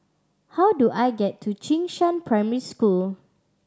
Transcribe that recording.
how do I get to Jing Shan Primary School